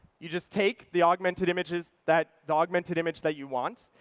you just take the augmented images that the augmented image that you want.